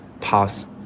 past